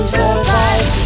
survive